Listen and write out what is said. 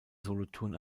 solothurn